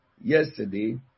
yesterday